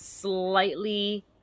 slightly